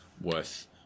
worth